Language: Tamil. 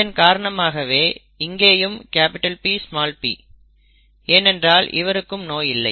இதன் காரணமாகவே இங்கேயும் Pp ஏனென்றால் இவருக்கும் நோய் இல்லை